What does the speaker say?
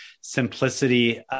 simplicity